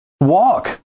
Walk